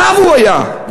הוא היה כתב.